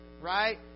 Right